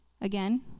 again